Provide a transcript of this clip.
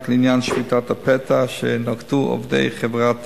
לעניין שביתת הפתע שנקטו עובדי חברת